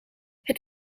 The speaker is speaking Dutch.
het